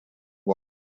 buoi